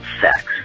sex